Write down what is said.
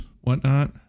whatnot